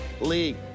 league